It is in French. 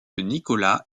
nicolas